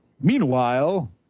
Meanwhile